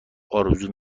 آرزو